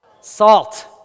salt